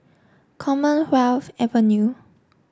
Commonwealth Avenue